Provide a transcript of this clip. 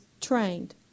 trained